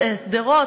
שדרות,